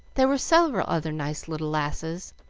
there were several other nice little lasses,